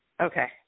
okay